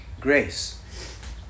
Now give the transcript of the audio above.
Grace